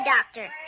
Doctor